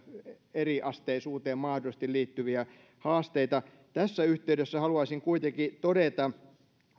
eriasteisuuteen mahdollisesti liittyviä haasteita tässä yhteydessä haluaisin kuitenkin todeta